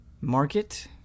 market